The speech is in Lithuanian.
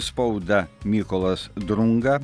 spauda mykolas drunga